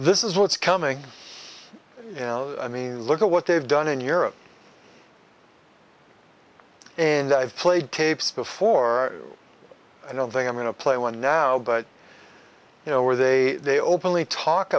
this is what's coming i mean look at what they've done in europe and i've played tapes before i don't think i'm going to play one now but you know where they openly talk